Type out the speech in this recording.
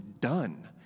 done